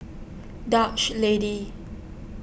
Dutch Lady